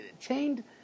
chained